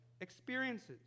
experiences